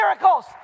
miracles